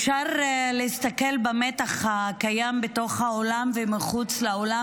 אפשר להסתכל במתח הקיים בתוך האולם ומחוץ לאולם,